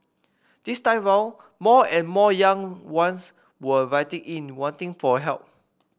this time round more and more young ones were writing in wanting for help